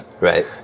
Right